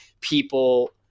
people